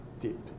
deep